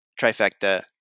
trifecta